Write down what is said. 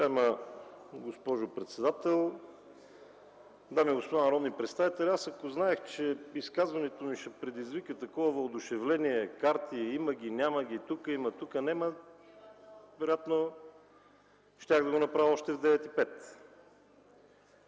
госпожо председател, дами и господа народни представители! Ако знаех, че изказването ми ще предизвика такова въодушевление – карти, има ги, няма ги, тука има, тука нема, вероятно щях да го направя още в 9,05